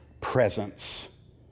presence